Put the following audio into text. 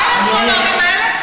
מה יעשו הנואמים האלה?